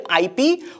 IP